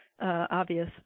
obvious